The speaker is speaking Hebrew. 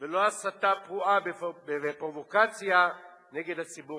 ולא הסתה פרועה ופרובוקציה נגד הציבור החרדי.